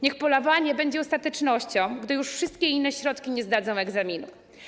Niech polowanie będzie ostatecznością, gdy już wszystkie inne środki nie zdadzą egzaminu.